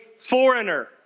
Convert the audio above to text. foreigner